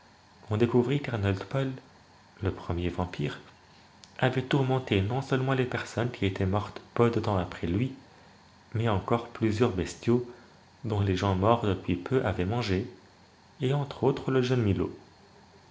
on découvrit quarnold paul le premier vampire avait tourmenté non seulement les personnes qui étaient mortes peu de tems après lui mais encore plusieurs bestiaux dont les gens morts depuis peu avaient mangé et entr'autres le jeune millo